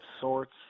sorts